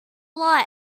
lot